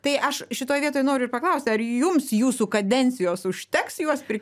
tai aš šitoj vietoj noriu ir paklausti ar jums jūsų kadencijos užteks juos pri